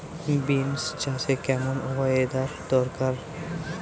Beans চাষে কেমন weather দরকার?